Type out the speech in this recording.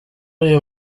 uyu